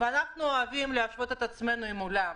אנחנו אוהבים להשוות את עצמנו לעולם.